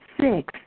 Six